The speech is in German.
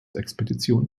expedition